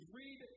read